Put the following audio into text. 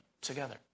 together